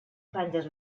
franges